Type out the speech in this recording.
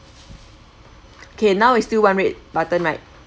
okay now it's still one red button right